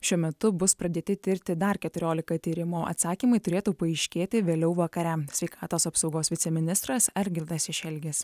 šiuo metu bus pradėti tirti dar keturiolika tyrimų atsakymai turėtų paaiškėti vėliau vakare sveikatos apsaugos viceministras algirdas šešelgis